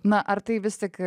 na ar tai vis tik